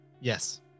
Yes